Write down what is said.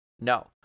no